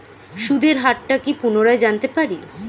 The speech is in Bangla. সুদের হার টা কি পুনরায় জানতে পারি?